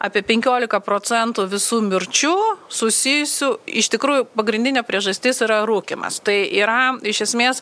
apie penkiolika procentų visų mirčių susijusių iš tikrųjų pagrindinė priežastis yra rūkymas tai yra iš esmės